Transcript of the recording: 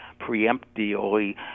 preemptively